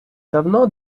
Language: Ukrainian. давно